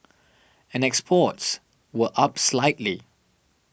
and exports were up slightly